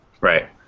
Right